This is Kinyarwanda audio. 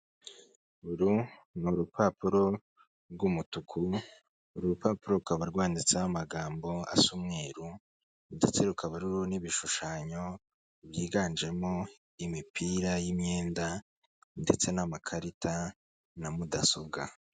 Uru ni urupapuro rw'umutuku, uru rupapuro rukaba rwanditseho amagambo asa umweru ndetse rukaba ruriho n'ibishushanyo byiganjemo imipira y'imyenda ndetse n'amakarita na mudasobwa.